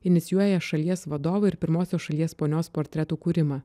inicijuoja šalies vadovo ir pirmosios šalies ponios portretų kūrimą